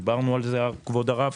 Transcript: דיברנו על זה, כבוד הרב.